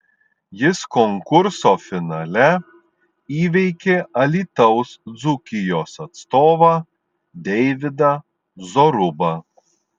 jis konkurso finale įveikė alytaus dzūkijos atstovą deividą zorubą